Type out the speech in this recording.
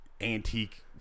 antique